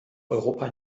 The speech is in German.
europa